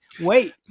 wait